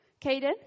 Caden